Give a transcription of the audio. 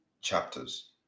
chapters